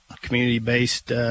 community-based